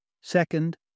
Second